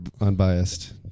unbiased